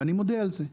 ואני מודה על זה.